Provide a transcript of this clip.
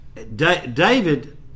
David